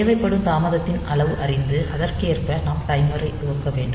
தேவைப்படும் தாமதத்தின் அளவு அறிந்து அதற்கேற்ப நாம் டைமரைத் துவக்க வேண்டும்